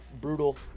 Brutal